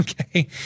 okay